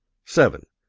seven.